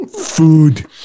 food